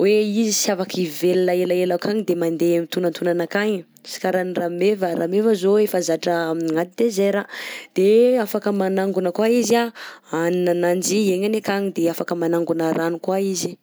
hoe izy sy afaka hivelona elaela akagny de mandeha mitonantonana akagny. _x000D_ Sy karaha ny rameva, rameva zao efa zatra aminaty désert, de afaka manangona koa izy anh hanina ananjy iaignany akagny de afaka manangona rano koa izy.